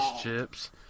Chips